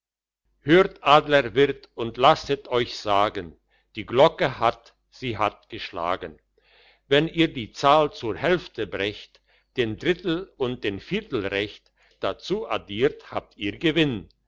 hört adlerwirt und lasset euch sagen die glocke hat sie hat geschlagen wenn ihr die zahl zur hälfte brecht den drittel und den viertel recht dazu addiert habt ihr gewinn